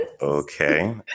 okay